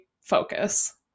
focus